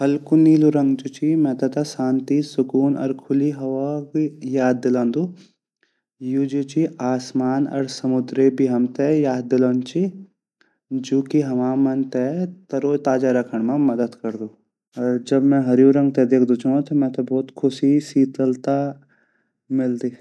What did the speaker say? हल्कू नीलू रंग जु ची मेते ता शांति सुकून अर खुली हवा की याद डिलांदु यु जु ची आसमान अर समुद्रे भी हमते याद डिलांदु ची जु की हमा मन ते तरो ताज़ा राखंड मा मदद करदु अर जब नीला रंग ते देख्दु छो ता मेते भोत ख़ुशी अर शीतलता मिलदी।